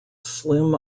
slim